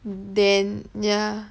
then ya